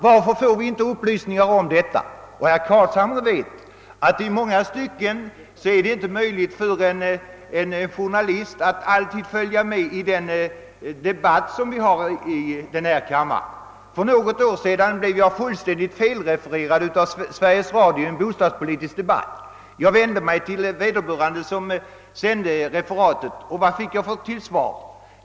Varför får vi inte upplysningar om detta?» Herr Carlshamre vet, att i många stycken är det inte möjligt för en journalist att alltid följa med i den debatt som förs i denna kammare. För något år sedan blev jag fullständigt felrefererad av Sveriges Radio i en bostadspolitisk debatt. Jag vände mig till vederbörande journalist som sände referatet. Vad fick jag för svar?